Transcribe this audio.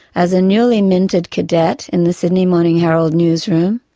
as a newly minted cadet in the sydney morning herald newsroom,